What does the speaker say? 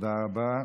תודה רבה.